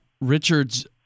Richard's